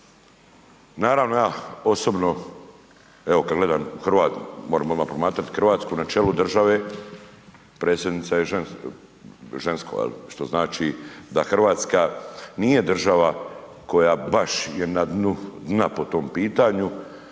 Naravno, ja osobno evo kad gledam u RH, možemo promatrat RH, na čelu države predsjednica je žensko jel, što znači da RH nije država koja baš je na dnu dna po tom pitanju,